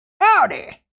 Howdy